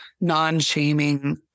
non-shaming